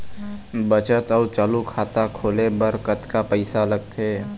बचत अऊ चालू खाता खोले बर कतका पैसा लगथे?